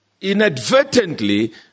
inadvertently